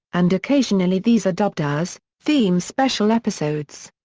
and occasionally these are dubbed as theme special episodes.